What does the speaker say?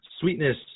sweetness